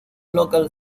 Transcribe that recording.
local